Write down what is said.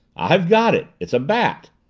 i've got it! it's a bat!